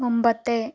മുമ്പത്തെ